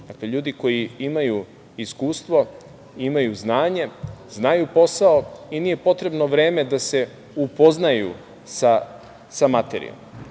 ljudi koji imaju iskustvo, imaju znanje znaju posao i nije potrebno vreme da se upoznaju sa materijom.